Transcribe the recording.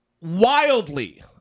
wildly